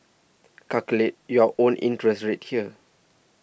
calculate your own interest rate here